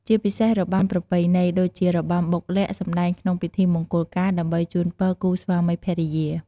ជាពិសេសរបាំប្រពៃណីដូចជារបាំបុកល័ក្ដ សម្ដែងក្នុងពិធីមង្គលការដើម្បីជូនពរគូស្វាមីភរិយា។